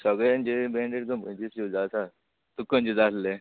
सगळे आनी जे ब्रँडेड कंपनीचे शूज आसा तुका खंयचे जाय आल्हे